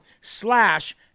slash